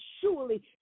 surely